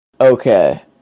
okay